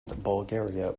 bulgaria